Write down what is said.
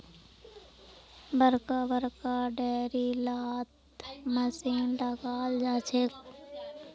बड़का बड़का डेयरी लात मशीन लगाल जाछेक